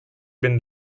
been